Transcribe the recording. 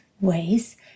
ways